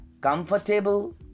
Comfortable